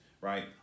right